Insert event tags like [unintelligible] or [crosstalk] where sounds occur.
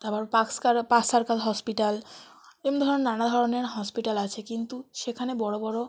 তারপর [unintelligible] park Circus hospital এরকম ধরনের নানা ধরনের হসপিটাল আছে কিন্তু সেখানে বড় বড়